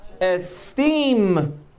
esteem